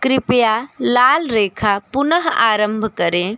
कृपया लाल रेखा पुनः आरम्भ करें